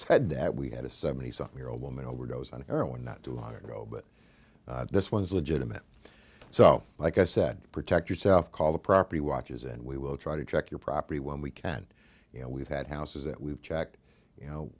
said that we had a seventy something year old woman overdosed on heroin not too long ago but this one is legitimate so like i said protect yourself call the property watches and we will try to check your property when we can't you know we've had houses that we've checked you know